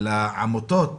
לעמותות